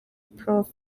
prof